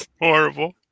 horrible